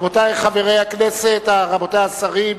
רבותי חברי הכנסת, רבותי השרים,